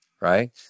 right